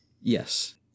Yes